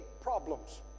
problems